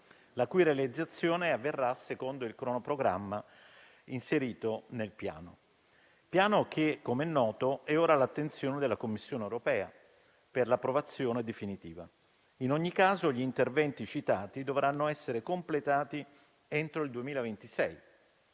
la cui realizzazione avverrà secondo il cronoprogramma inserito nel piano, che, come noto, è ora all'attenzione della Commissione europea, per l'approvazione definitiva. In ogni caso, gli interventi citati dovranno essere completati entro il 2026,